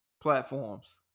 platforms